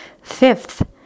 Fifth